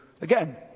Again